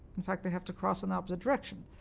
in fact, they have to cross in opposite direction.